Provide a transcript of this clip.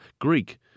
Greek